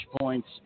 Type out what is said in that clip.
points